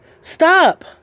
Stop